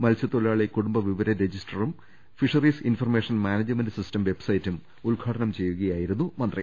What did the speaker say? മത്സൃത്തൊഴിലാളി കുടുംബ വിവര രജിസ്റ്ററും fisheries information management system വെബ്സൈറ്റും ഉദ്ഘാടനം ചെയ്യു കയായിരുന്നു മന്ത്രി